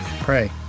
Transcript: pray